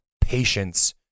patience